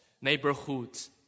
neighborhoods